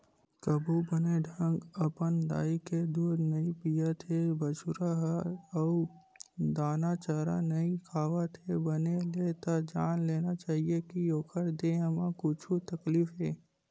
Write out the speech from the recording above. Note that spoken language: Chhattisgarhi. कभू बने ढंग अपन दाई के दूद नइ पियत हे बछरु ह अउ दाना चारा नइ खावत हे बने ले त जान लेना चाही के ओखर देहे म कुछु तकलीफ हे